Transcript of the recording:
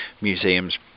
museums